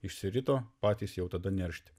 išsirito patys jau tada neršti